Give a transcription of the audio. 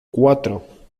cuatro